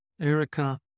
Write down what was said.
Erica